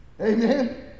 Amen